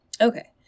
Okay